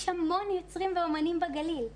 יש המון יוצרים ואומנים בגליל,